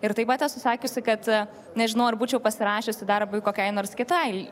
ir taip pat esu sakiusi kad nežinau ar būčiau pasirašiusi darbui kokiai nors kitai